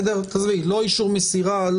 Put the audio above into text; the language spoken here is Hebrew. לא אישור מסירה.